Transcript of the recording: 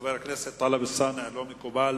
חבר הכנסת טלב אלסאנע, לא מקובל